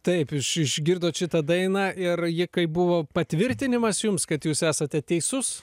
taip iš išgirdot šitą dainą ir ji kaip buvo patvirtinimas jums kad jūs esate teisus